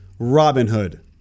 Robinhood